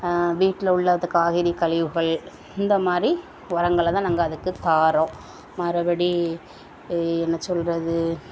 வீட்டில் உள்ளது காய்கறி கழிவுகள் இந்தமாதிரி உரங்களைதான் நாங்கள் அதுக்கு தரோம் மறுபடி என்ன சொல்வது